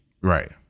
Right